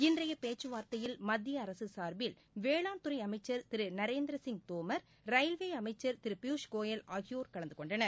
இன்றைய பேச்சுவார்த்தையில் மத்தியஅரசு சார்பில் வேளாண்துறை அமைச்சர் திரு நரேந்திரசிங் தோமர் ரயில்வே அமைச்சர் திரு பியூஷ்கோயல் ஆகியோர் கலந்துகொண்டனர்